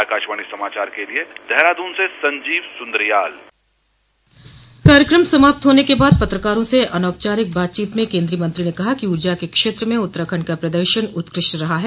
आकाशवाणी समाचार के लिए देहरादून से संजीव सुन्द्रियाल कार्यक्रम समाप्त होने के बाद पत्रकारों से अनौपचारिक बातचीत में केंद्रीय मंत्री ने कहा कि उर्जा के क्षेत्र में उत्तराखण्ड का प्रदर्शन उत्कृष्ट रहा है